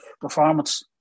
performance